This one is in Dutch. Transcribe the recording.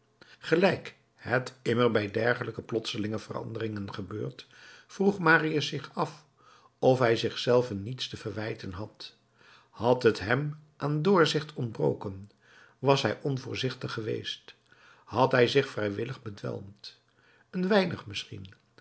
gelijk het immer bij dergelijke plotselinge veranderingen gebeurt vroeg marius zich af of hij zich zelven niets te verwijten had had het hem aan doorzicht ontbroken was hij onvoorzichtig geweest had hij zich vrijwillig bedwelmd een weinig misschien